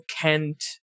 kent